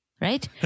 right